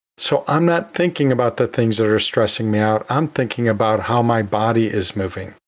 so i'm not thinking about the things that are stressing me out. i'm thinking about how my body is moving,